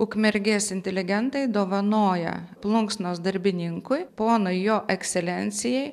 ukmergės inteligentai dovanoja plunksnos darbininkui ponui jo ekscelencijai